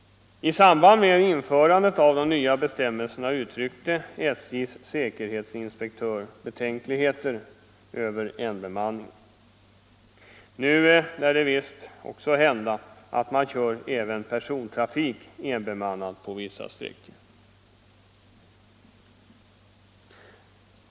I samband med införandet av de nya bestämmelserna uttryckte SJ:s säkerhetsinspektör betänkligheter mot enbemanningen. Nu lär det visst hända att man kör även persontrafiken enbemannad på vissa sträckor.